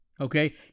okay